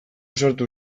sartu